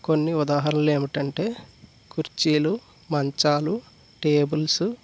కొన్ని ఉదాహరణలేమిటంటే కుర్చీలు మంచాలు టేబుల్స్